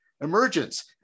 emergence